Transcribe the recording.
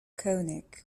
conic